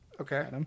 Okay